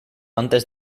antes